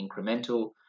incremental